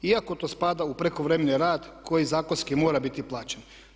Iako to spada u prekovremeni rad koji zakonski mora biti plaćen.